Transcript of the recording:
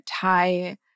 tie